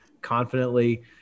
confidently